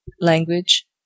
language